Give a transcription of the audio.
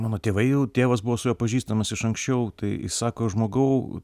mano tėvai jau tėvas buvo su juo pažįstamas iš anksčiau tai sako žmogau